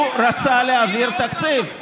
הינה עוד שר תחבורה,